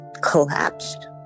collapsed